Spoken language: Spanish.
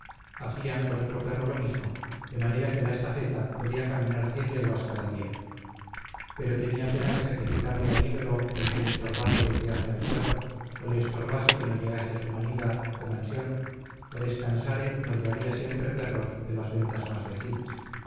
hachan con otro perro lo mismo de manera que la estafeta podía caminar cien leguas cada día pero tenía pena de sacrificarle al ídolo el que le estorbase el viaje al perro o le estorbase que no llegase a su manida o mansión o descansare donde había siempre perros de las ventas más vecinas